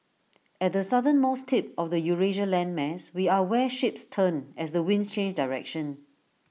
at the southernmost tip of the Eurasia landmass we are where ships turn as the winds change direction